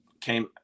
came